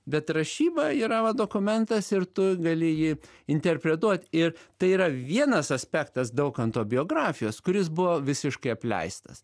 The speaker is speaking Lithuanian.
bet rašyba yra va dokumentas ir tu gali jį interpretuot ir tai yra vienas aspektas daukanto biografijos kuris buvo visiškai apleistas